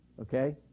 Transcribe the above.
Okay